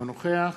אינו נוכח